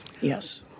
yes